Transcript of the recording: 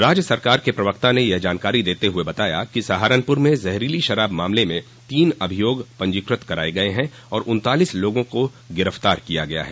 राज्य सरकार के प्रवक्ता ने यह जानकारी देते हुए बताया कि सहारनपुर में जहरीली शराब मामले में तीन अभियोग पंजीकृत कराये गये हैं और उन्तालीस लोगों को गिरफ्तार किया गया है